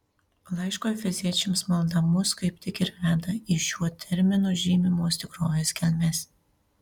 laiško efeziečiams malda mus kaip tik ir veda į šiuo terminu žymimos tikrovės gelmes